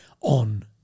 on